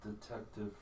Detective